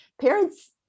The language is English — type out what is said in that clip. parents